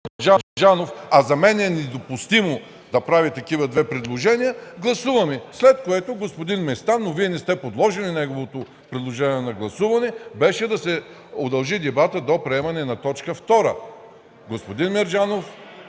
а за мен е недопустимо да прави две такива предложения, гласуваме?! След това предложението на господин Местан, но Вие не сте подложили неговото предложение на гласуване, беше да се удължи дебатът до приемането на точка втора. Господин Мерджанов